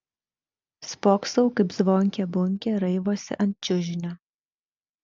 spoksau kaip zvonkė bunkė raivosi ant čiužinio